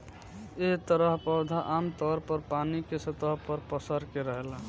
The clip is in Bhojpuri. एह तरह पौधा आमतौर पर पानी के सतह पर पसर के रहेला